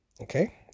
okay